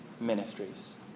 ministries